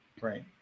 Right